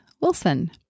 Wilson